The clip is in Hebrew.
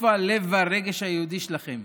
איפה הלב והרגש היהודיים שלכם?